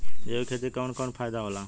जैविक खेती क कवन कवन फायदा होला?